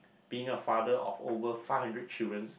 being a father of over five hundred childrens